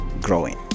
growing